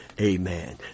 Amen